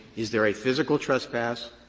is there a physical trespass,